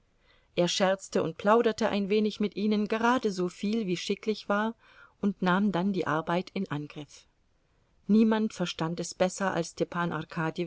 er scherzte und plauderte ein wenig mit ihnen gerade so viel wie schicklich war und nahm dann die arbeit in angriff niemand verstand es besser als